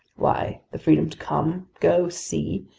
why, the freedom to come, go, see,